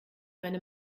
meine